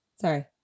Sorry